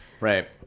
Right